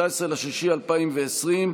19 ביוני 2020,